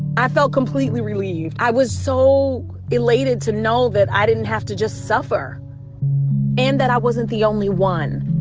i felt completely relieved. i was so elated to know that i didn't have to just suffer and that i wasn't the only one